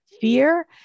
fear